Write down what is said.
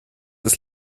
des